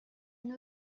une